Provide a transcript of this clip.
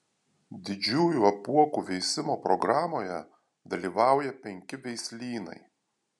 didžiųjų apuokų veisimo programoje dalyvauja penki veislynai